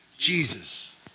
Jesus